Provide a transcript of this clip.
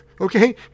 okay